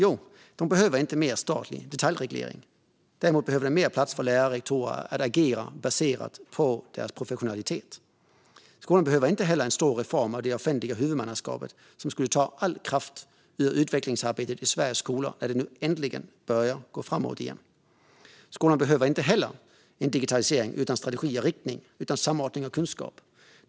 Jo, skolan behöver inte mer statlig detaljreglering. Däremot behöver den mer plats för lärare och rektorer att agera baserat på deras professionalitet. Skolan behöver inte heller en stor reform av det offentliga huvudmannaskapet, som skulle ta all kraft från utvecklingsarbetet i Sveriges skolor när det nu äntligen börjar gå framåt igen. Skolan behöver inte heller en digitalisering utan strategi och riktning, utan samordning och kunskap.